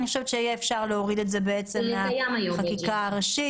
אני חושבת שאפשר יהיה להוריד את זה מהחקיקה הראשית.